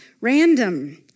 random